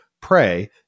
pray